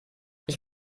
ich